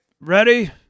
Ready